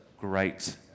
great